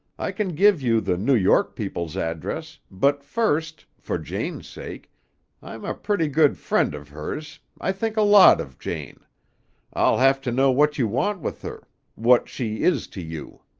i can give you the new york people's address, but first, for jane's sake i'm a pretty good friend of hers, i think a lot of jane i'll have to know what you want with her what she is to you.